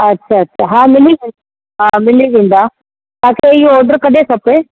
अच्छा अच्छा हा मिली हा मिली वेंदा तव्हां खे इहो ऑडर कॾहिं खपे